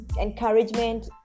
encouragement